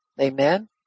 Amen